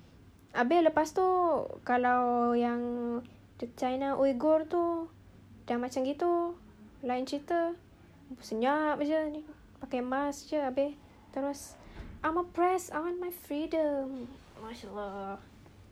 habis lepas itu kalau yang the china uyghurs itu dah macam gitu lain cerita senyap jer ini pakai mask jer habis terus I'm oppressed I want my freedom mashaallah